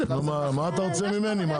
אז מה אתה רוצה ממני?